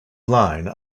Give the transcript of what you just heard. line